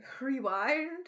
Rewind